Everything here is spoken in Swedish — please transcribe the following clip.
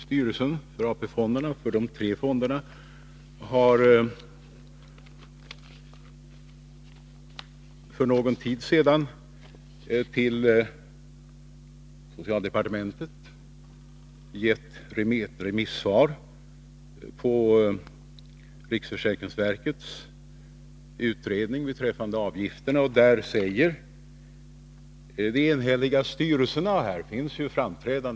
Styrelserna för de tre AP-fonderna har för någon tid sedan till socialdepartementet gett remissvar på riksförsäkringsverkets utredning beträffande avgifterna — och i styrelserna finns ju centerpartister, Karin Israelsson.